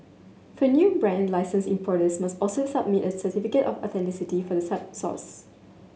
for new brand licensed importers must also submit a certificate of authenticity for the source